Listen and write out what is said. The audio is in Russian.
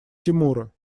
тимура